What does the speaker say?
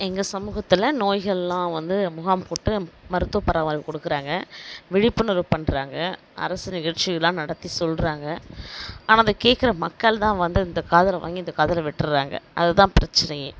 எங்கள் சமூகத்தில் நோய்களெலாம் வந்து முகாம் போட்டு மருத்துவப் பராமரிப்பு கொடுக்குறாங்க விழிப்புணர்வு பண்ணுறாங்க அரசு நிகழ்ச்சிகளெலாம் நடத்தி சொல்லுறாங்க ஆனால் அதைக் கேட்கற மக்கள் தான் வந்து இந்த காதில் வாங்கி இந்தக் காதில் விட்டுடறாங்க அது தான் பிரச்சினையே